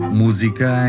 música